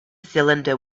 cylinder